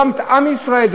לא עם ישראל,